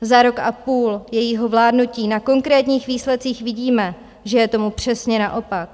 Za rok a půl jejího vládnutí na konkrétních výsledcích vidíme, že je tomu přesně naopak.